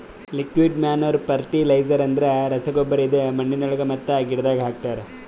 liquid manure fertilizer ಅಂದುರ್ ರಸಗೊಬ್ಬರ ಇದು ಮಣ್ಣಿನೊಳಗ ಮತ್ತ ಗಿಡದಾಗ್ ಹಾಕ್ತರ್